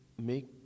make